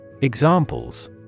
Examples